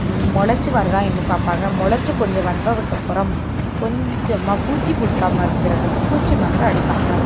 மொளைச்சி வருதா என்று பார்ப்பாங்க மொளைச்சி கொஞ்சம் வந்ததுக்கப்புறம் கொஞ்சமா பூச்சி பிடிக்காம இருக்கிறதுக்கு பூச்சி மருந்து அடிப்பாங்க